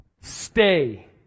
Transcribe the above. Stay